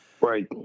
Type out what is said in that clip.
Right